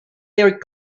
their